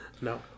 no